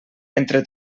entre